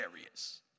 areas